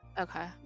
Okay